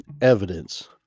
evidence